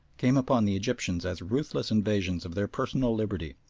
came upon the egyptians as ruthless invasions of their personal liberty,